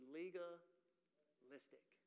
legalistic